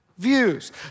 views